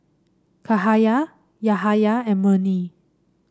Cahaya Yahaya and Murni